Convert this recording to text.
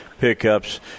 pickups